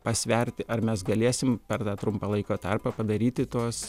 pasverti ar mes galėsim per tą trumpą laiko tarpą padaryti tuos